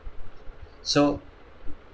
so